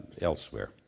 elsewhere